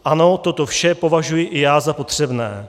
Ano, toto vše považuji i já za potřebné.